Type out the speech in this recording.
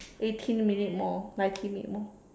eighteen minutes more nineteen minute more